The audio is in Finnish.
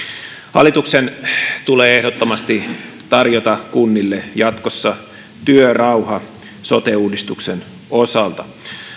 hallituksen tulee ehdottomasti tarjota kunnille jatkossa työrauha sote uudistuksen osalta